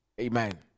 Amen